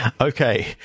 Okay